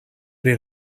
pri